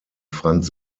franz